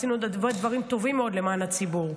עשינו דברים טובים מאוד למען הציבור.